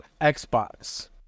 Xbox